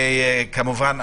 וכמובן,